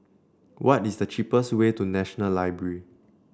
what is the cheapest way to National Library